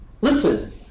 Listen